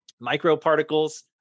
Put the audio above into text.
microparticles